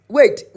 Wait